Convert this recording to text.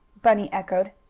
bunny echoed.